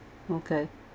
okay